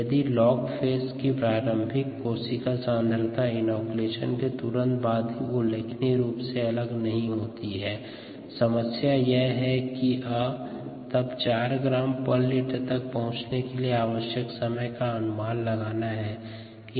यदि log phase की प्रारंभिक कोशिका सांद्रता इनोकुलेसन के तुरंत बाद भी उल्लेखनीय रूप से अलग नहीं होता समस्या यह है कि अ तब 4 ग्राम पर लीटर तक पहुंचने के लिए आवश्यक समय का अनुमान लगाना है